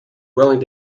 willing